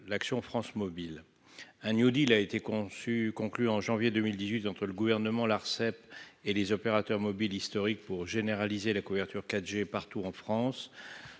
l'action France mobile un New Deal a été conçu, conclu en janvier 2018 d'entre le gouvernement, l'Arcep et les opérateurs mobiles historique pour généraliser la couverture 4 G partout en France